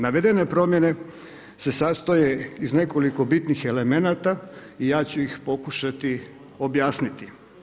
Navedene promjene se sastoje iz nekoliko bitnih elemenata i ja ću iz pokušati objasniti.